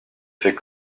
fait